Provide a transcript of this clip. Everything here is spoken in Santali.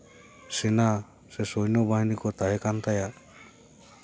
ᱥᱮᱱᱟ ᱥᱮ ᱥᱳᱭᱱᱳ ᱵᱟᱹᱦᱤᱱᱤ ᱠᱚ ᱛᱟᱦᱮᱸ ᱠᱟᱱ ᱛᱟᱭᱟ